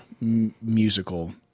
musical